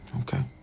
Okay